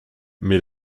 mais